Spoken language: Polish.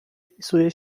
wpisuje